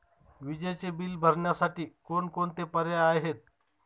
विजेचे बिल भरण्यासाठी कोणकोणते पर्याय आहेत?